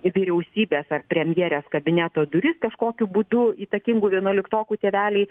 vyriausybės ar premjerės kabineto duris kažkokiu būdu įtakingų vienuoliktokų tėveliai